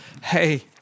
Hey